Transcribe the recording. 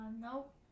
nope